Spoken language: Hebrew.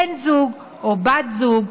בן זוג או בת זוג,